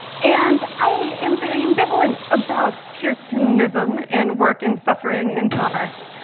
and i am very ambivalent about puritanism and work and suffering and commerce.